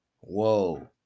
whoa